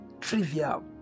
trivial